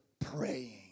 praying